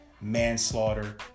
manslaughter